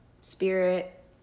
spirit